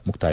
ಮುಕ್ತಾಯ